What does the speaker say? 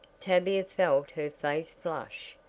tavia felt her face flush,